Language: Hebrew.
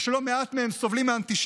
ושלא מעט מהם סובלים מאנטישמיות,